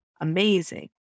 amazing